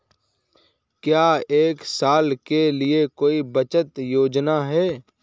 क्या एक साल के लिए कोई बचत योजना है?